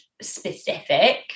specific